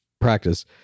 practice